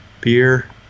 beer